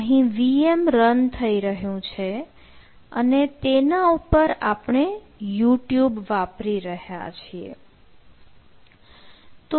અહીં VM run થઇ રહ્યું છે અને તેના ઉપર આપણે youtube વાપરી રહ્યા છીએ